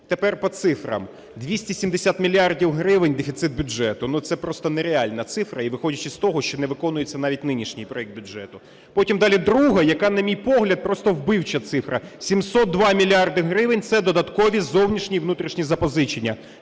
Тепер по цифрах. 270 мільярдів гривень – дефіцит бюджету, це просто нереальна цифра. І виходячи з того, що не виконується навіть нинішній проект бюджету. Потім далі друга, яка, на мій погляд, прсото вбивча цифра: 702 мільярди гривень – це додаткові зовнішні і внутрішні запозичення.